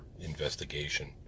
investigation